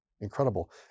incredible